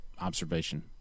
observation